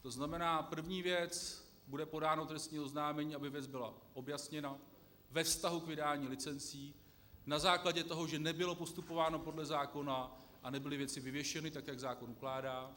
To znamená, první věc bude podáno trestní oznámení, aby věc byla objasněna ve vztahu k vydání licencí na základě toho, že nebylo postupováno podle zákona a nebyly věci vyvěšeny tak, jak zákon ukládá.